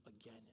again